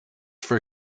for